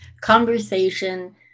Conversation